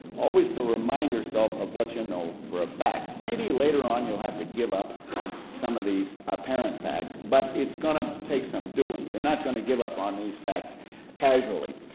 always to remind yourself of what you know for a fact. maybe later on you'll have to give up on some of these apparent facts, but it's going to take some doing, you're not going to give up on these facts casually.